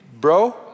bro